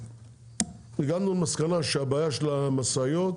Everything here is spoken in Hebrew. הגענו למסקנה שהבעיה של המשאיות